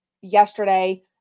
yesterday